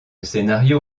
scénario